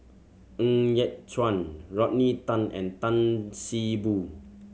Ng Yat Chuan Rodney Tan and Tan See Boo